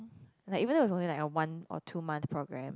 like even if it was only like a one or two month programme